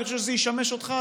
אני חושב שזה ישמש אותך,